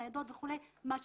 ניידות וכולי מה שצריך.